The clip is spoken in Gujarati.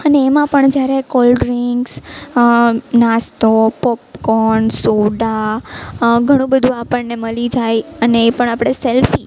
અને એમાં પણ જ્યારે કોલ્ડ્રિંક્સ નાસ્તો પોપકોર્ન સોડા ઘણું બધું આપણને મળી જાય અને એ પણ આપણે સેલ્ફી